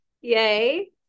yay